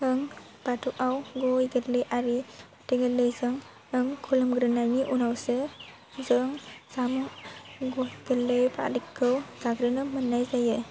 जों बाथौआव गय गोरलै आरि फाथै गोरलैजों जों खुलुमग्रोनायनि उनावसो जों जानो गय गोरलै आरिखौ जाग्रोनो मोन्नाय जायो